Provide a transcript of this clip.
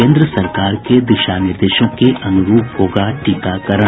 केंद्र सरकार के दिशा निर्देशों के अनुरूप होगा टीकाकरण